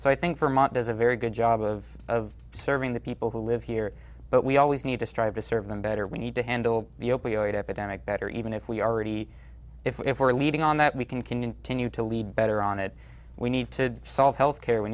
so i think vermont does a very good job of serving the people who live here but we always need to strive to serve them better we need to handle the opioid epidemic better even if we already if we're leading on that we can continue to lead better on it we need to solve health care we